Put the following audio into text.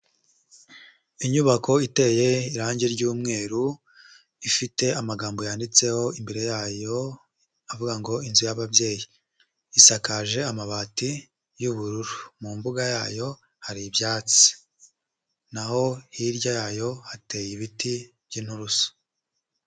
Inyubako iteye irangi ry'umweru ifite amagambo yanditseho imbere yayo avuga ngo inzu y'ababyeyi, isakaje amabati y'ubururu mu mbuga yayo hari ibyatsi naho hirya yayo hateye ibiti by'inturusu.